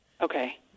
okay